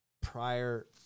prior